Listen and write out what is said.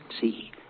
see